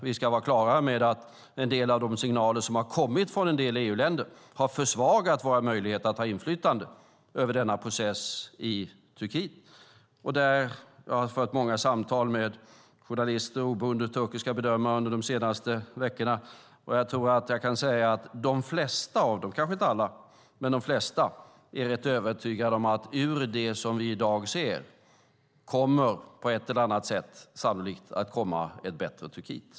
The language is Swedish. Vi ska vara klara med att en del av de signaler som har kommit från EU-länder har försvagat våra möjligheter att ha inflytande över denna process i Turkiet. Jag har fört många samtal med journalister och oberoende turkiska bedömare under de senaste veckorna, och jag kan säga att de flesta av dem - kanske inte alla, men de flesta - är rätt övertygade om att ur det som vi i dag ser kommer på ett eller annat sätt ett bättre Turkiet.